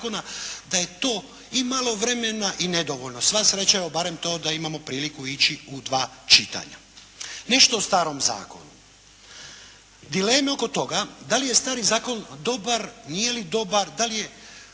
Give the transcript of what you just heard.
da je to i malo vremena i nedovoljno. Sva sreća evo barem to da imamo priliku ići u dva čitanja. Nešto o starom zakonu. Dileme oko toga da li je stari zakon dobar, nije li dobar, da li je